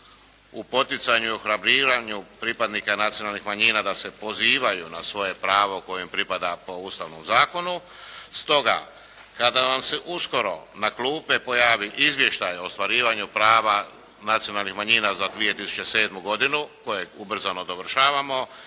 u poticanju i ohrabrivanju pripadnika nacionalnih manjina da se pozivaj na svoje pravo koje im pripada po Ustavnom zakonu. Stoga kada nam se uskoro na klupe pojavi Izvještaj o ostvarivanju prava nacionalnih manjina za 2007. godinu kojeg ubrzano dovršavamo